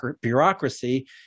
bureaucracy